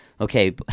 okay